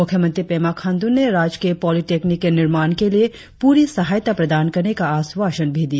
मुख्यमंत्री पेमा खांड्र ने राजकीय पोलिटेक्निक के निर्माण के लिए प्ररी सहायता प्रदान करने का आश्वासन भी दिया